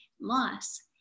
loss